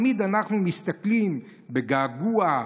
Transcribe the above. תמיד אנחנו מסתכלים בגעגוע,